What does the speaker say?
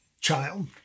child